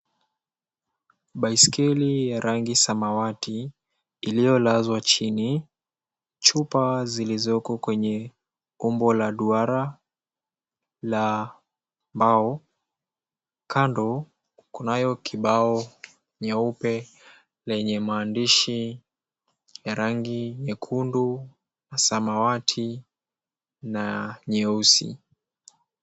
Baiskeli ya rangi samawati iliyolazwa chini. Chupa wazi zilizoko kwenye umbo la duara la mbao, kando kunayo kibao nyeupe lenye maandishi ya rangi nyekundu na samawati na nyeusi.